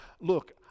look